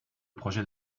projet